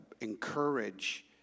encourage